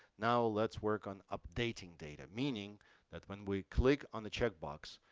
now let's work on updating data, meaning that when we click on the checkbox,